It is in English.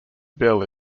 bill